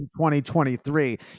2023